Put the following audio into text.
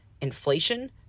inflation